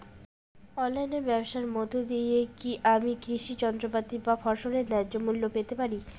অনলাইনে ব্যাবসার মধ্য দিয়ে কী আমি কৃষি যন্ত্রপাতি বা ফসলের ন্যায্য মূল্য পেতে পারি?